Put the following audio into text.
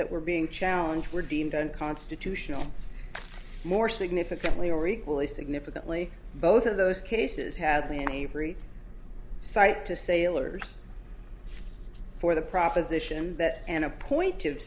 that were being challenged were deemed unconstitutional more significantly or equally significantly both of those cases had me and avery cite to sailors for the proposition that and a point to